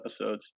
episodes